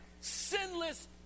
sinless